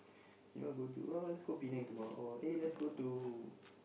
where do you want to go to uh let's go to Penang tomorrow eh let's go to